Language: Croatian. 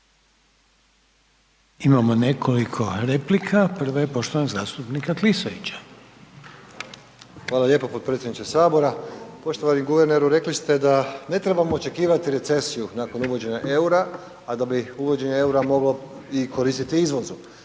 Imamo nekoliko replika. Prva je poštovanog zastupnika Klisovića. **Klisović, Joško (SDP)** Hvala lijepo potpredsjedniče Sabora. Poštovani guverneru, rekli ste da ne trebamo očekivati recesiju nakon uvođenja eura, a da bi uvođenje eura moglo i koristiti izvozu.